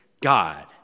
God